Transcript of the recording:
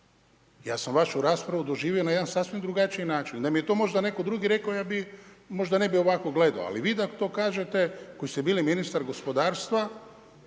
Ja sam vašu raspravu doživio na jedan sasvim drugačiji način. Da mi je to netko drugi rekao, ja bi, možda ne bi ovako gledao, ali vi da mi to kažete, koji ste bili ministar gospodarstva,